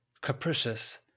capricious